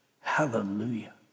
Hallelujah